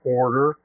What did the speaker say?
order